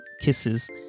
Kisses